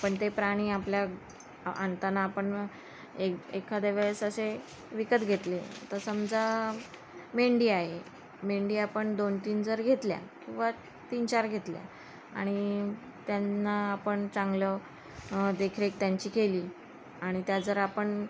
आपण ते प्राणी आपल्या आणताना आपण एक एखाद्या वेळेस असे विकत घेतले तर समजा मेंढी आहे मेंढी आपण दोन तीन जर घेतल्या किंवा तीन चार घेतल्या आणि त्यांना आपण चांगलं देखरेख त्यांची केली आणि त्या जर आपण